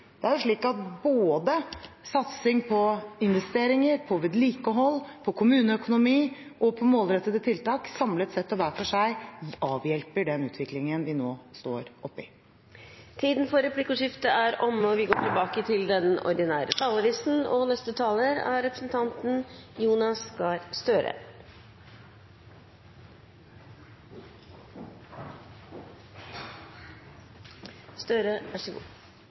Det er jo slik at både satsing på investeringer, på vedlikehold, på kommuneøkonomi og på målrettede tiltak, samlet sett og hver for seg, avhjelper den utviklingen vi nå står oppe i. Replikkordskiftet er omme. Høsten har bydd på dramatikk og